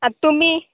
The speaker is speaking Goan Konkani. आं तुमी